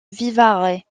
vivarais